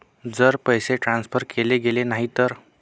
जर पैसे ट्रान्सफर केले गेले नाही तर?